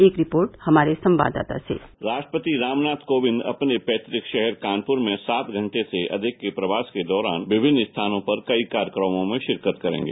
एक रिपोर्ट हमारे संवाददाता से राष्ट्रपति रामनाथ कोविंद अपने प्रैतक शहर कानपूर में सात घंटे से अधिक के प्रवास के दौरान विभिन्न स्थानों पर कई कार्यक्रमों में शिरकत करेंगे